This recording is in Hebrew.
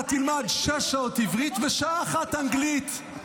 אתה תלמד שש שעות עברית ושעה אחת אנגלית,